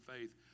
faith